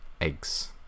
Eggs